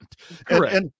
Correct